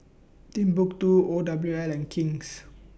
Timbuk two O W L and King's